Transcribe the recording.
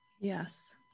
Yes